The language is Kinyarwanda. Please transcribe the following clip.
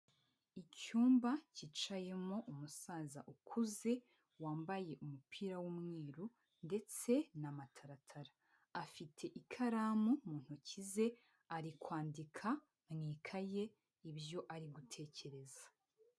Icyumba kicayemo umusaza ukuze, wambaye umupira w'umweru ndetse na mataratara, afite ikaramu mu ntoki ze ari kwandika mu ikaye, ibyo ari gutekereza.